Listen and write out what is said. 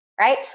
right